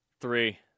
Three